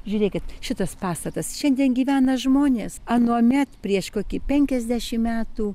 žiūrėkit šitas pastatas šiandien gyvena žmonės anuomet prieš kokį penkiasdešim metų